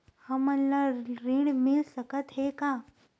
हमन ला ऋण मिल सकत हे का?